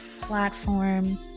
platform